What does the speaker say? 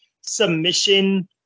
submission